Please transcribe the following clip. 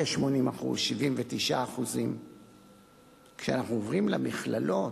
כ-80%, 79%. כשאנחנו עוברים למכללות,